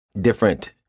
different